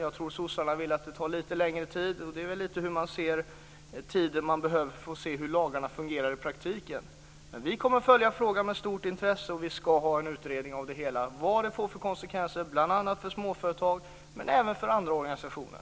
Jag tror att sossarna vill att det tar lite längre tid; det handlar väl lite om vilken tid man anser sig behöva för att se hur lagarna fungerar i praktiken. Men vi kommer att följa frågan med stort intresse, och vi skall ha en utredning av vad det hela får för konsekvenser, bl.a. för småföretag men även för andra organisationer.